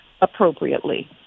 appropriately